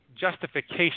justification